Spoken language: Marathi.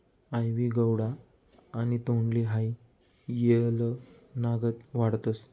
आइवी गौडो आणि तोंडली हाई येलनागत वाढतस